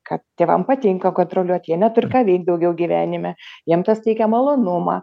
kad tėvam patinka kontroliuot jie neturi ką veikt daugiau gyvenime jiem tas teikia malonumą